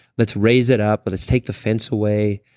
let's raise it up. but let's take the fence away.